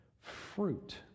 fruit